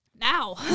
Now